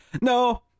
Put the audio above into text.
No